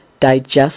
digest